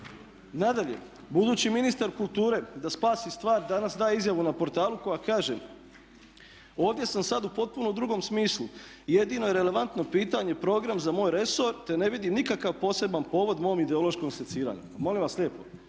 Nadalje, budući ministar kulture da spasi stvar danas daje izjavu na portalu koja kaže "Ovdje sam sad u potpuno drugom smislu. Jedino je relevantno pitanje program za moj resor, te ne vidim nikakav poseban povod mom ideološkom seciranju". Pa molim vas lijepo